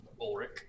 Ulrich